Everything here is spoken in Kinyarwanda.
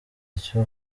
icyo